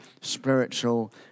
spiritual